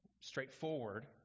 straightforward